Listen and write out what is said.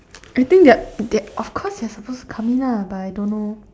I think they they of course they're suppose to come in lah but I don't know